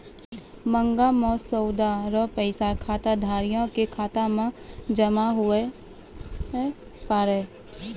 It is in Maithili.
मांग मसौदा रो पैसा खाताधारिये के खाता मे जमा हुवै पारै